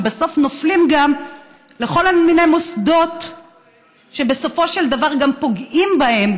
ובסוף נופלים גם לכל מיני מוסדות שבסופו של דבר גם פוגעים בהם,